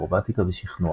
אקרובטיקה ושכנוע.